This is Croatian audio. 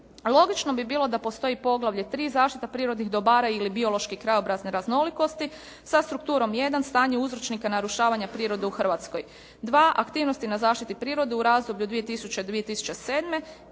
logično bi bilo da postoji poglavlje 3. zaštita prirodnih dobara ili biološki krajobrazne raznolikosti sa strukturom 1. stanje uzročnika narušavanja prirode u Hrvatskoj, 2. aktivnosti na zaštiti prirode u razdoblju od 2000.